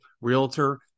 realtor